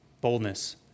Boldness